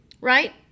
right